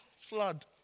flood